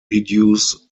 reduce